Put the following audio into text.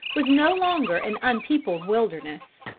was no longer an unpeopled wilderness.